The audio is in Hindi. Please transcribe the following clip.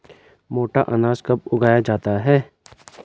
मोटा अनाज कब उगाया जाता है?